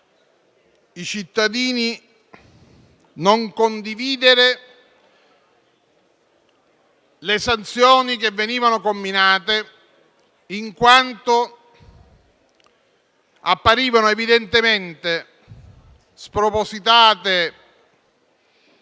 i cittadini non condividere le sanzioni che venivano inflitte, in quanto apparivano evidentemente spropositate